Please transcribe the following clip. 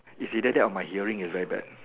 if you let it on my hearing is very bad